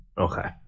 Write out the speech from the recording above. Okay